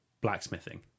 blacksmithing